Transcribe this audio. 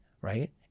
right